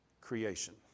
creation